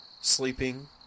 sleeping